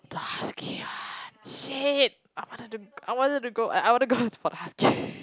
the husky one shit I wanted to I wanted to go I want to go for the Husky